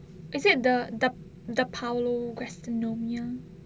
is it the the the paolo gastronomia